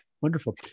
Wonderful